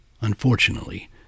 Unfortunately